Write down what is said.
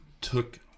took